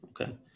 Okay